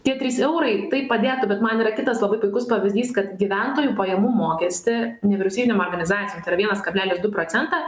tie trys eurai tai padėtų bet man yra kitas labai puikus pavyzdys kad gyventojų pajamų mokestį nevyriausybinėm organizacijom tai yra vienas kablelis du procentą